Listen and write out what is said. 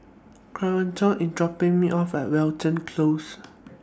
Kourtney IS dropping Me off At Wilton Close